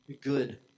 good